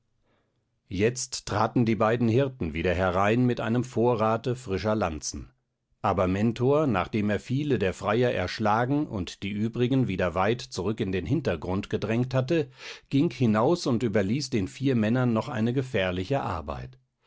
jetzt traten die beiden hirten wieder herein mit einem vorrate frischer lanzen aber mentor nachdem er viele der freier erschlagen und die übrigen wieder weit zurück in den hintergrund gedrängt hatte ging hinaus und überließ den vier männern noch eine gefährliche arbeit